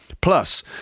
Plus